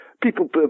people